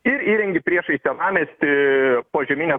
ir įrengi priešais senamiestį požemines